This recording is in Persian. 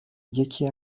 یکی